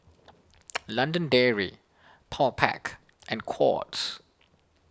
London Dairy Powerpac and Courts